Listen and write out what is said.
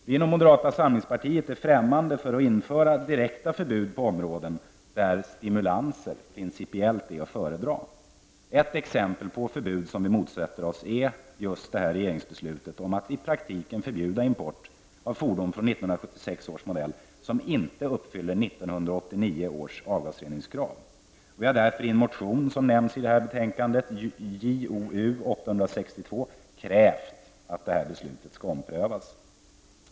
Vi inom moderata samlingspartiet är främmande för att införa direkta förbud på områden där stimulanser principiellt är att föredra. Ett exempel på förbud som vi motsätter oss är just regeringens beslut att i praktiken förbjuda import av fordon fr.o.m. 1976 års modell som inte uppfyller 1989 års avgasreningskrav. Vi har därför i en motion som nämns i detta betänkande, JoU862, krävt att beslutet skall omprövas.